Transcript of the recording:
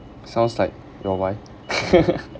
sounds like your wife